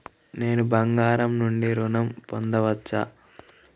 నేను బంగారం నుండి ఋణం పొందవచ్చా?